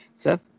Seth